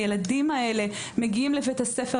הילדים האלה מגיעים לבית הספר,